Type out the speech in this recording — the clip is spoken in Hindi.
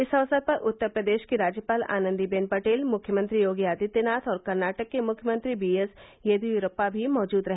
इस अवसर पर उत्तर प्रदेश की राज्यपाल आनंदीबेन पटेल मुख्यमंत्री योगी आदित्यनाथ और कर्नाटक के मुख्यमंत्री बी एस येदियुरप्पा भी मौजूद रहे